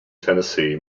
tennessee